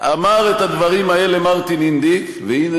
אמר את הדברים האלה מרטין אינדיק, והנה,